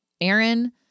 Aaron